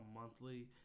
monthly